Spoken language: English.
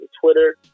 Twitter